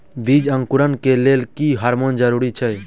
बीज अंकुरण लेल केँ हार्मोन जरूरी छै?